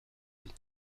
vie